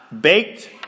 baked